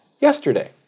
yesterday